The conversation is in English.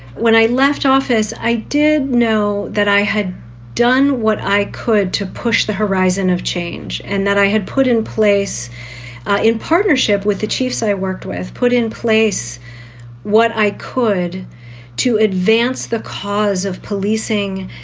when i left office, i did know that i had done what i could to push the horizon of change and that i had put in place in partnership with the chiefs i worked with, put in place what i could to advance the. laws of policing.